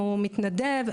הוא מתנדב,